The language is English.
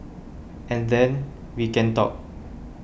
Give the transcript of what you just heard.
and then we can talk